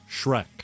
Shrek